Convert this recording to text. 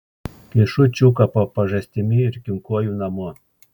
kišu čiuką po pažastimi ir kinkuoju namo